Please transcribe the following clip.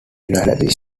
united